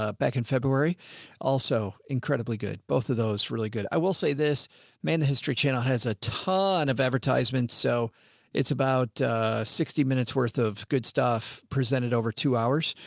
ah back in february also incredibly good. both of those really good. i will say this man, the history channel has a ton of advertisement, so it's about a sixty minutes worth of good stuff. presented over two hours.